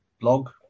blog